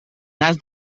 nas